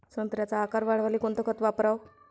संत्र्याचा आकार वाढवाले कोणतं खत वापराव?